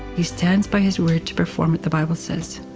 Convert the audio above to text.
he stands by his word to perform what the bible says.